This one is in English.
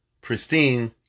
pristine